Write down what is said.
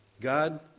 God